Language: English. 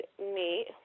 meet